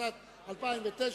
התשס”ט 2009,